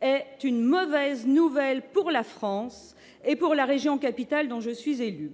est une mauvaise nouvelle pour la France et pour la région capitale, dont je suis élue.